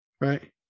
Right